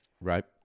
Right